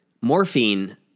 Morphine